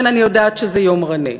כן, אני יודעת שזה יומרני.